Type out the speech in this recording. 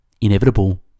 inevitable